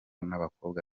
n’abakobwa